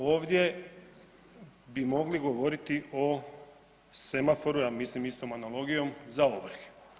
Ovdje bi mogli govoriti o semaforu, ja mislim istom analogijom za ovrhe.